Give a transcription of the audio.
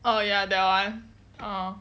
oh ya that one orh